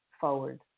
forward